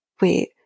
Wait